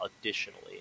additionally